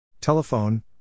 Telephone